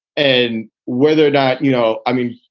and whether or not, you know, i mean,